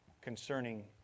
concerning